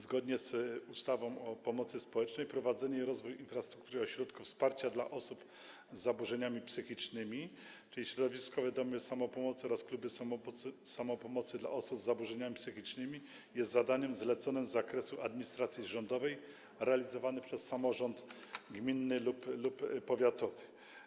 Zgodnie z ustawą o pomocy społecznej prowadzenie i rozwój infrastruktury ośrodków wsparcia dla osób z zaburzeniami psychicznymi, czyli środowiskowych domów samopomocy oraz klubów samopomocy dla osób z zaburzeniami psychicznymi, jest zadaniem zleconym z zakresu administracji rządowej, realizowanym przez samorząd gminny lub powiatowy.